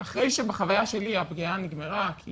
אחרי שבחוויה שלי הפגיעה נגמרה כי